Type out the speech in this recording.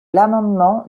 l’amendement